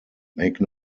make